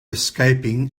escaping